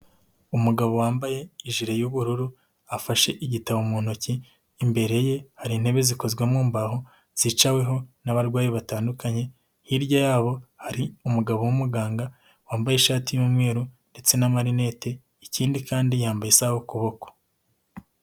Umugabo wambaye jire y'ubururu afashe igitabo mu ntoki, imbere ye hari intebe zikozwe mu mbaho zicaweho n'abarwayi batandukanye, hirya yabo hari umugabo w'umuganga wambaye ishati y'umweru ndetse na marinete, ikindi kandi yambaye isaha ku kuboko.